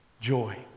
joy